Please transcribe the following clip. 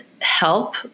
help